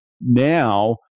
now